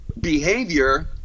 behavior